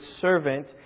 servant